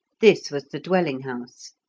this was the dwelling-house.